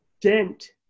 dent